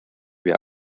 wir